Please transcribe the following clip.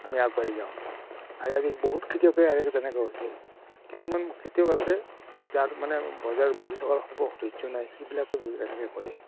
আমি আগবাঢ়ি যাওঁ আৰু আজিকালি বহুৰ খেতিয়কে আজিকালি তেনেকুৱা হৈছে কিছুমান খেতিয়ক আছে যাৰ মানে বজাৰত বহি থকাৰ ধৈৰ্য নাই সেইবিলাকে তেনেকৈ কৰে